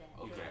okay